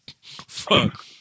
Fuck